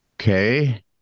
Okay